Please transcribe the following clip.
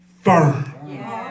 firm